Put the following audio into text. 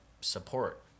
support